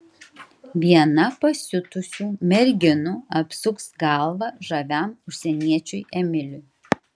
viena pasiutusių merginų apsuks galvą žaviam užsieniečiui emiliui